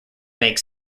make